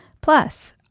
Plus